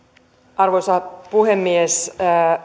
arvoisa puhemies